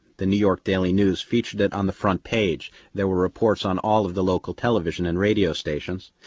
the new york daily news featured it on the front page. there were reports on all of the local television and radio stations.